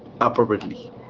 appropriately